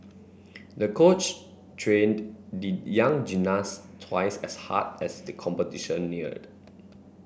the coach trained the young gymnast twice as hard as the competition neared